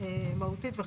מהותית וחשובה.